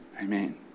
Amen